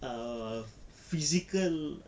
err physical